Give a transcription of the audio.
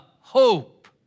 hope